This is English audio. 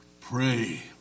Pray